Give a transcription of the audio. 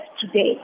today